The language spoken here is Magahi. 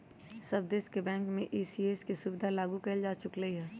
सब देश के बैंक में ई.सी.एस के सुविधा लागू कएल जा चुकलई ह